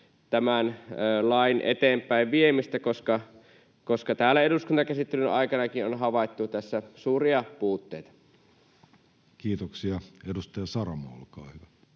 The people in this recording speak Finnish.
tämän lain eteenpäin viemistä, koska täällä eduskuntakäsittelyn aikanakin on havaittu tässä suuria puutteita. Kiitoksia. — Edustaja Saramo, olkaa hyvä.